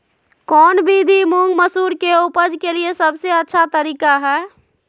कौन विधि मुंग, मसूर के उपज के लिए सबसे अच्छा तरीका है?